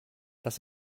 das